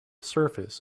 surface